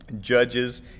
judges